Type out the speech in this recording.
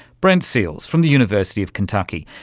brent seales from the university of kentucky.